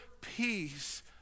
peace